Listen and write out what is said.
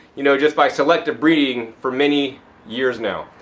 you know, just by selective breeding for many years now.